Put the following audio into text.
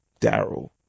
Daryl